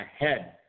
ahead